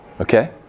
okay